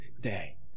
day